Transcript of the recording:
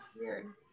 weird